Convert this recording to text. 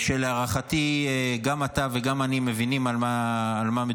שלהערכתי גם אתה וגם אני מבינים על מה מדובר,